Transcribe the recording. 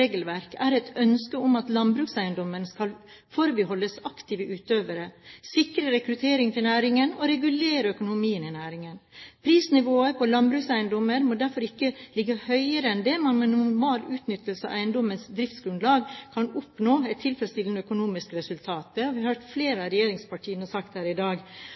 regelverk er et ønske om at landbrukseiendommer skal forbeholdes aktive utøvere, sikre rekruttering til næringen og «regulere» økonomien i næringen. Prisnivået på landbrukseiendommer må derfor ikke ligge høyere enn at man med normal utnyttelse av eiendommens driftsgrunnlag kan oppnå et tilfredsstillende økonomisk resultat. Det har vi hørt flere fra regjeringspartiene si her i dag.